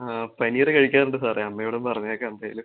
ആ പനീറ് കഴിക്കാറുണ്ട് സാറെ അമ്മയോടും പറഞ്ഞേക്കാം എന്തായലും